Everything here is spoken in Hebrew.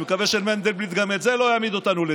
אני מקווה שמנדלבליט גם על זה לא יעמיד אותנו לדין.